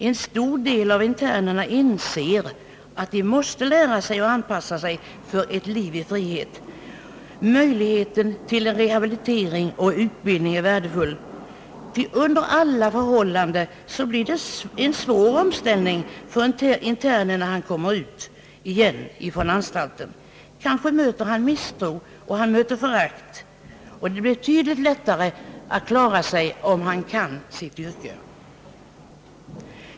En stor del av internerna inser att de måste anpassa sig för ett liv i frihet. Möjligheten till rehabilitering och utbildning är värdefull, ty under alla förhållanden blir det en svår omställning för internen när han kommer ut från anstalten. Kanske möter han misstro och förakt, och då blir det betydligt lättare att klara sig om han kan sitt yrke.